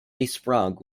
sprague